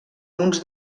uns